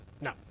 No